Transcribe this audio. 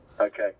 Okay